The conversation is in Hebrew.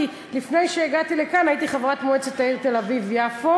כי לפני שהגעתי לכאן הייתי חברת מועצת העיר תל-אביב יפו,